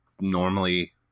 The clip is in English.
normally